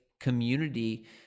community